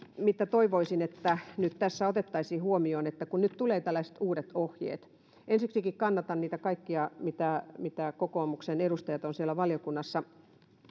mitä toivoisin että nyt tässä otettaisiin huomioon kun nyt tulee tällaiset uudet ohjeet niin ensiksikin kannatan niitä kaikkia mitä mitä kokoomuksen edustajat ovat siellä valiokunnassa